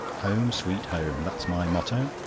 home, sweet home, that's my motto.